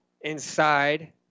Inside